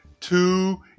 two